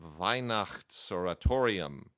Weihnachtsoratorium